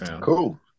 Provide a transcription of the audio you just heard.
cool